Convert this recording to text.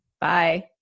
Bye